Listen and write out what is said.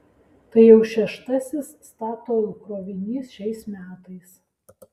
tai jau šeštasis statoil krovinys šiais metais